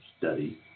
Study